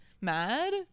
mad